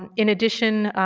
and in addition,